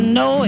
no